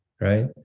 right